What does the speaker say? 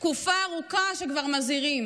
תקופה ארוכה כבר מזהירים